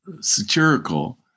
satirical